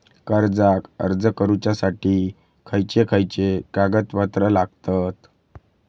कर्जाक अर्ज करुच्यासाठी खयचे खयचे कागदपत्र लागतत